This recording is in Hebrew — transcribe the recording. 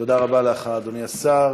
תודה רבה לך, אדוני השר.